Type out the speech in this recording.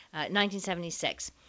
1976